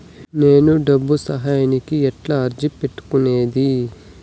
నేను డబ్బు సహాయానికి ఎట్లా అర్జీ పెట్టుకునేది?